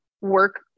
work